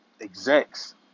execs